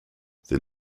then